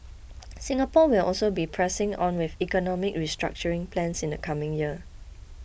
Singapore will also be pressing on with economic restructuring plans in the coming year